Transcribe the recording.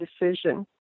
decision